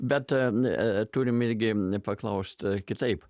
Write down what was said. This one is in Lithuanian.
bet turim irgi paklaust kitaip